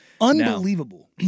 Unbelievable